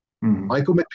Michael